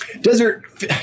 Desert